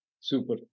Super